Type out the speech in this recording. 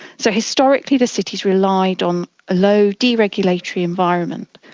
so historically the city relied on a low deregulatory environment.